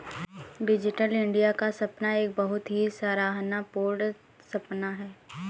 digital India का सपना एक बहुत ही सराहना पूर्ण सपना है